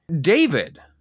david